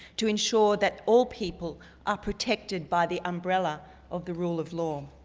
to insure that all people are protected by the umbrella of the rule of law.